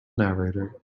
narrator